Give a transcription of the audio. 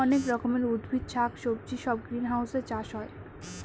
অনেক রকমের উদ্ভিদ শাক সবজি সব গ্রিনহাউসে চাষ হয়